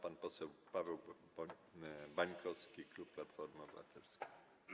Pan poseł Paweł Bańkowski, klub Platformy Obywatelskiej.